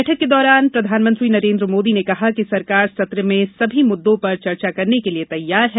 बैठक के दौरान प्रधानमंत्री नरेन्द्र मोदी ने कहा है कि सरकार सत्र में सभी मुद्दों पर चर्चा करने के लिए तैयार है